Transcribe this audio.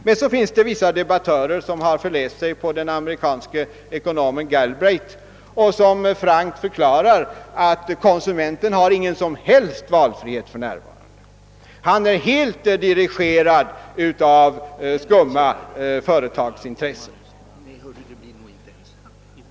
Men så finns det vissa debattörer som har förläst sig på den amerikanske ekonomen Galbraith och som frankt förklarar att konsumenten inte har någon som helst valfrihet för närvarande. Han är helt dirigerad av skumma företagsintressen.